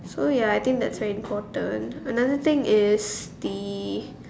so ya I think that's very important another thing is the